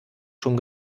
schon